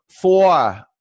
Four